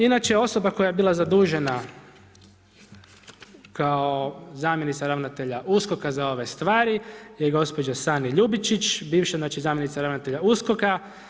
Inače osoba koja je bila zadužena kao zamjenica ravnatelja USKOK-a za ove stvari je gospođa Sani Ljubičić, bivša zamjenica ravnatelja USKOK-a.